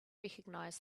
recognize